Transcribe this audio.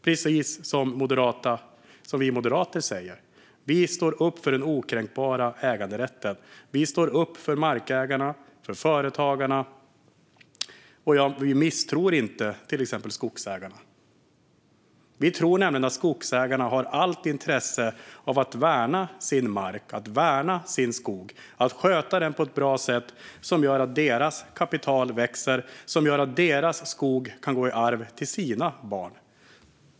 Det är precis det som vi moderater säger. Vi står upp för den okränkbara äganderätten. Vi står upp för markägarna och för företagarna, och vi misstror inte till exempel skogsägarna. Vi tror nämligen att skogsägarna har allt intresse av att värna sin mark, att värna sin skog och att sköta den på ett bra sätt som gör att deras kapital växer och som gör att deras skog kan gå i arv till deras barn.